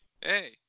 hey